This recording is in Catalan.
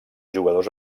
jugadors